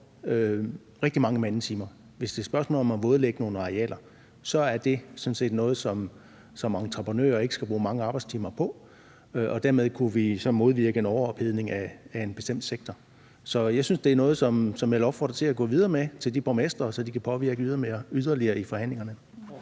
rigtig mange mandetimer. Hvis det er et spørgsmål om at vådlægge nogle arealer, er det sådan set noget, som entreprenører ikke skal bruge mange arbejdstimer på. Dermed kunne vi så modvirke en overophedning af en bestemt sektor. Så det er noget, jeg vil opfordre til, at man går videre med til de borgmestre, så de kan påvirke forhandlingerne